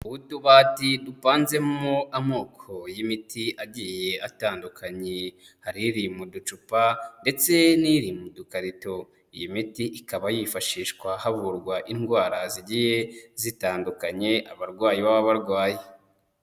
Utubati dupanzemo amoko y'imiti agiye atandukanye, hari iri mu ducupa ndetse n'iri mu dukarito, iyi miti ikaba yifashishwa havurwa indwara zigiye zitandukanye abarwayi baba barwaye.